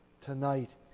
tonight